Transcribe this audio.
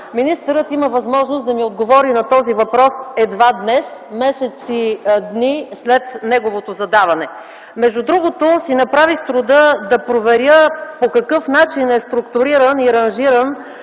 министърът има възможност да ми отговори на този въпрос едва днес – месец и дни след неговото задаване. Между другото, си направих труда да проверя по какъв начин е структуриран и аранжиран